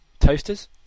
Toasters